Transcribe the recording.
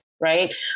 right